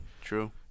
true